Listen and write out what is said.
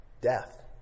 Death